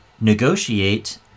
negotiate